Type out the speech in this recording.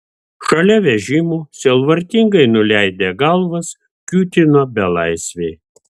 šalia vežimų sielvartingai nuleidę galvas kiūtino belaisviai